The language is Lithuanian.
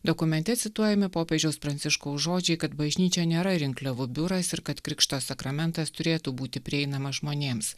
dokumente cituojami popiežiaus pranciškaus žodžiai kad bažnyčia nėra rinkliavų biuras ir kad krikšto sakramentas turėtų būti prieinamas žmonėms